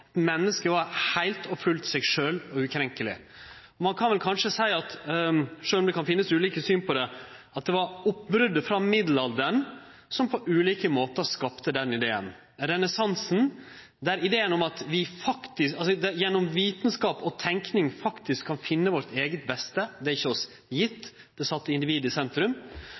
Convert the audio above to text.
mennesket var heilt og fullt seg sjølv og ukrenkeleg. Sjølv om det kan finnast ulike syn på det, kan ein kanskje seie at det var oppbrotet frå mellomalderen som på ulike måtar skapte den ideen. Renessansen, der ideen om at vi gjennom vitskap og tenking faktisk kan finne vårt eige beste – det er ikkje gjeve oss – sette individet i sentrum.